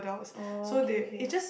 oh okay okay